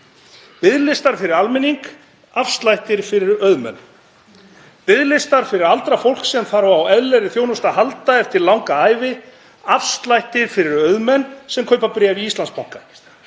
Biðlistar fyrir almenning, afslættir fyrir auðmenn, biðlistar fyrir aldrað fólk sem þarf á eðlilegri þjónustu að halda eftir langa ævi, afslættir fyrir auðmenn sem kaupa bréf í Íslandsbanka,